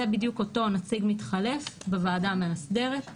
זה בדיוק אותו נציג מתחלף בוועדה המאסדרת,